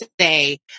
say